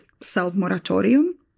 self-moratorium